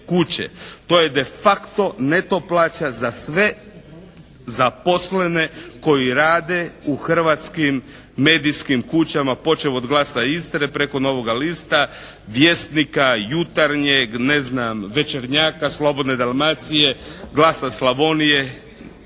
To je de facto neto plaća za sve zaposlene koji rade u hrvatskim medijskim kućama počev od "Glasa Istre" preko "Novoga lista", "Vjesnika", "Jutarnjeg", ne znam "Večernjaka", "Slobodne Dalmacije", "Glasa Slavonije"